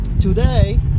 today